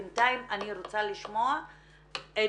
בינתיים, אני רוצה לשמוע את